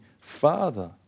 Father